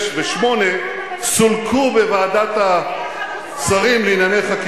6 ו-8, איך לך מושג על מה אתה מדבר.